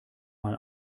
mal